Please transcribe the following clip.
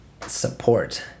support